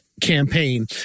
campaign